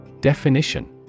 DEFINITION